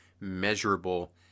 measurable